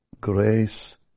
Grace